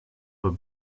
were